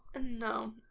No